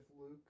Luke